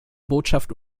botschaft